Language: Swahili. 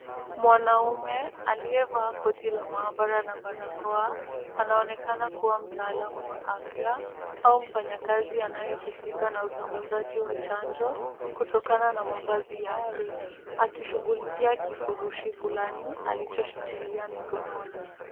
Mwanaume aliyevaa koti la maabara na barakoa, anaonekana kuwa mtaalamu wa afya, au mfanyakazi anayehusika na usambazaji wa chanjo kutokana na mavazi yake, akishughulikia kifurushi fulani alichoshikilia mikononi.